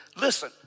Listen